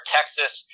Texas